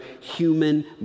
human